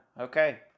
Okay